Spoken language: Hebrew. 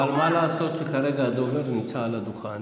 אבל מה לעשות שכרגע הדובר נמצא על הדוכן